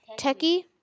techie